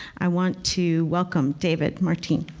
i want to welcome david martine.